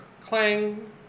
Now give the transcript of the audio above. clang